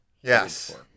Yes